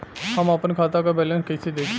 हम आपन खाता क बैलेंस कईसे देखी?